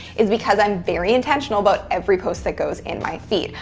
is because i'm very intentional about every post that goes in my feed.